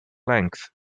length